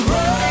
run